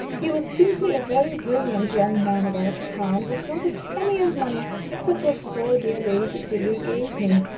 he was simply a very brilliant young man about town, with not a penny of money except what poor dear lady cecilia gave him.